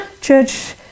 Church